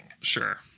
sure